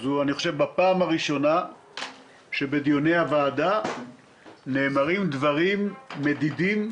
זאת פעם ראשונה שבדיוני הוועדה נאמרים דברים מדידים.